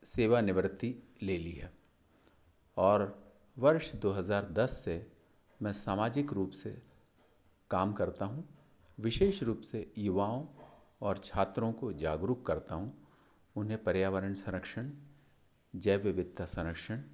सेवानिवृत्ति ले ली हैं और वर्ष दो हजार दस से मैं सामाजिक रूप से काम करता हूँ विशेष रूप से युवाओं और छात्रों को जागरूक करता हूँ उन्हें पर्यावरण संरक्षण जैव विविधता संरक्षण